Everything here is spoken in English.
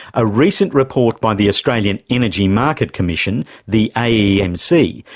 a recent report by the australian energy market commission, the aemc,